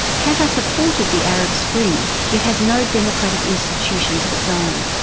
qatar supported the arab spring, yet has no democratic institutions of its own,